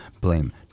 Blame